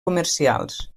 comercials